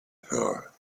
her